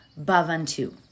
bhavantu